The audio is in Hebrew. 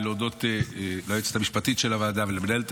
ולהודות ליועצת המשפטית של הוועדה ולמנהלת